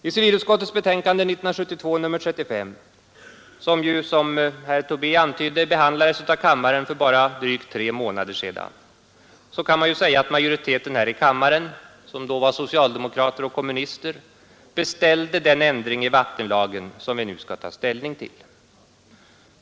I civilutskottets betänkande nr 35 år 1972, vilket — som herr Tobé antydde — behandlades av kammaren för bara drygt tre månader sedan, kan man säga att majoriteten här i kammaren, som då bestod av socialdemokrater och kommunister, beställde den ändring i vattenlagen som vi nu skall ta ställning till.